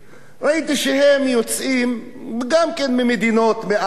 ראיתי שהם יוצאים גם כן ממדינות מאפריקה.